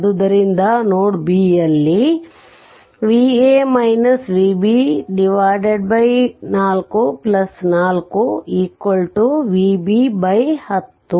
ಆದ್ದರಿಂದ node b ಯಲ್ಲಿ Va Vb 44Vb 10